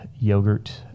yogurt